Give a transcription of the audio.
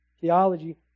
theology